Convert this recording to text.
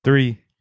Three